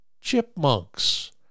chipmunks